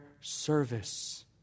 service